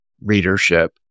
readership